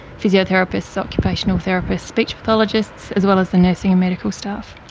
physiotherapists, occupational therapists, speech pathologists, as well as the nursing and medical staff.